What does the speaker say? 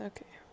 Okay